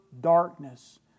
darkness